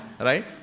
right